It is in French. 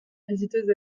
visiteuse